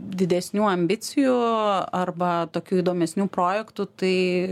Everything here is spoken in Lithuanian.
didesnių ambicijų arba tokių įdomesnių projektų tai